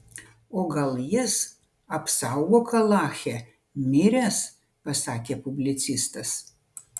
o gal jis apsaugok alache miręs pasakė publicistas